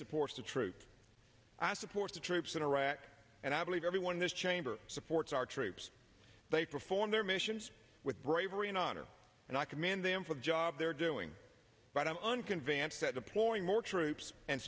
supports the troops i support the troops in iraq and i believe everyone this chamber supports our troops they perform their missions with bravery and honor and i commend them for the job they're doing but i'm unconvinced that deploying more troops and